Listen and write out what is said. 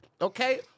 okay